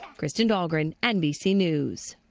um kristen dahlgren, nbc news.